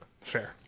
Fair